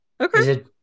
Okay